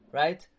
right